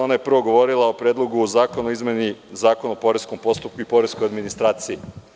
Ona je prvo govorila o Predlogu zakona o izmeni zakona o poreskom postupku i poreskoj administraciji.